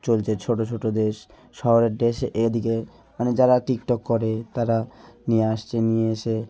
চলছে ছোট ছোট ড্রেস শহরের ড্রেসে এদিকে মানে যারা টিকটক করে তারা নিয়ে আসছে নিয়ে এসে